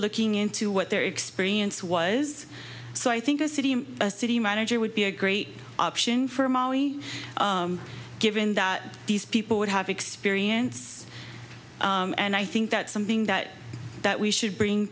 looking into what their experience was so i think a city a city manager would be a great option for molly given that these people would have experience and i think that's something that that we should bring